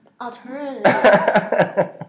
Alternative